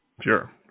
Sure